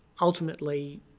ultimately